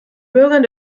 bürgern